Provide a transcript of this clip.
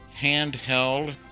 handheld